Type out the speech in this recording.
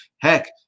Heck